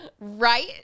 Right